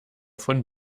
von